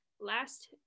last